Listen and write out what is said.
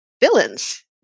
villains